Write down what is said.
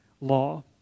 law